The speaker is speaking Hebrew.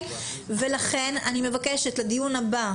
לכן אני מבקשת לדיון הבא,